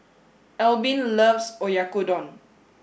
Albin loves Oyakodon